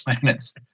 planets